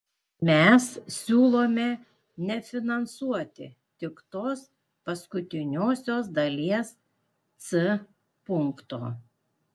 mes siūlome nefinansuoti tik tos paskutiniosios dalies c punkto